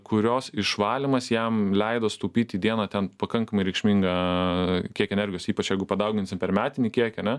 kurios išvalymas jam leido sutaupyt į dieną ten pakankamai reikšmingą kiekį energijos ypač jeigu padauginsim per metinį kiekį ane